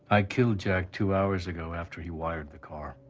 i killed jack two hours ago after he wired the car.